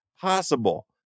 possible